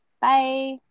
Bye